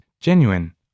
genuine